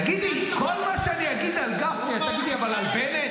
תגידי, כל מה שאני אגיד על גפני, את תגידי על בנט?